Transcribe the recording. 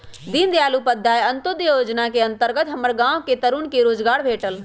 दीनदयाल उपाध्याय अंत्योदय जोजना के अंतर्गत हमर गांव के तरुन के रोजगार भेटल